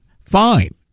Fine